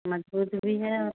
मजबूत भी है